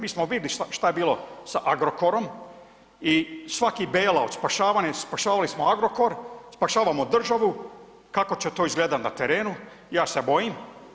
Mi smo vidjeli šta je bilo sa Agrokorom i svaki ... od spašavanja, spašavali smo Agrokor, spašavamo državu, kako će to izgledati na terenu, ja se bojim.